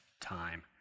time